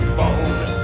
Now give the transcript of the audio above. bone